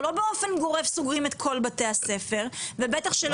אנחנו לא באמת סוגרים את כל בתי הספר ובטח שלא